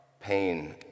pain